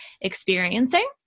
experiencing